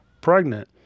pregnant